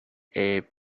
ebb